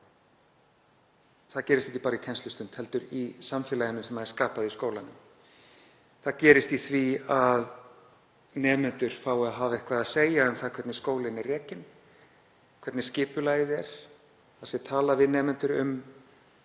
gerist ekki bara í kennslustund heldur í samfélaginu sem er skapað í skólanum. Það gerist í því að nemendur fái að hafa eitthvað að segja um það hvernig skólinn er rekinn, hvernig skipulagið er, að talað sé við nemendur um